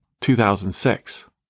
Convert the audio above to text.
2006